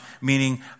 meaning